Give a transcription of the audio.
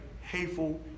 hateful